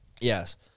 Yes